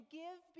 give